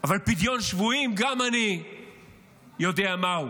אבל פדיון שבויים, גם אני יודע מהו.